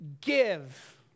give